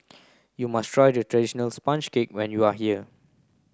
you must try traditional sponge cake when you are here